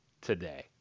today